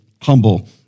humble